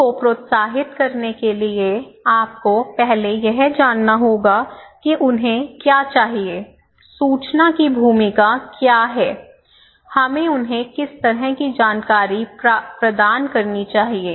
लोगों को प्रोत्साहित करने के लिए आपको पहले यह जानना होगा कि उन्हें क्या चाहिए सूचना की भूमिका क्या है हमें उन्हें किस तरह की जानकारी प्रदान करनी चाहिए